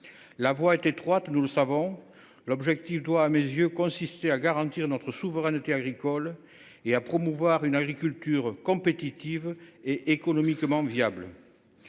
La voie est étroite, nous le savons. L’objectif, à mes yeux, est de garantir notre souveraineté agricole et de promouvoir une agriculture compétitive, et économiquement viable.